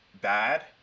bad